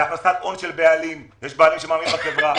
בהכנסת הון של בעלים- -- יש בעלות בחברה.